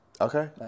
Okay